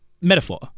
metaphor